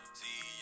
see